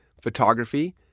photography